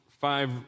five